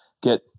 get